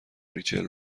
ریچل